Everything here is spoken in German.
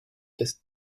dessen